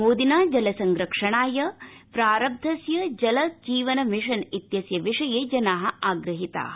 मोदिना जल संरक्षणाय प्रारब्धस्य जल जीवन मिशन इत्यस्य विषये जना आग्रहिता